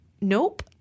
nope